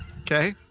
Okay